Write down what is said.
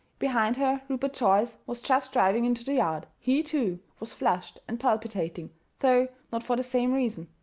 behind her rupert joyce was just driving into the yard. he, too, was flushed and palpitating though not for the same reason.